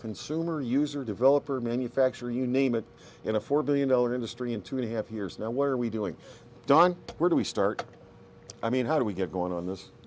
consumer user developer manufacturer you name it in a four billion dollar industry into a half years now what are we doing don where do we start i mean how do we get going on this